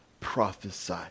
prophesy